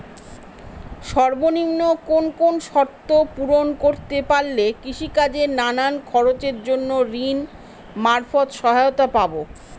সর্বনিম্ন কোন কোন শর্ত পূরণ করতে পারলে কৃষিকাজের নানান খরচের জন্য ঋণ মারফত সহায়তা পাব?